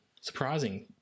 surprising